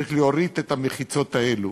צריך להוריד את המחיצות האלו.